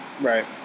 Right